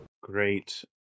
great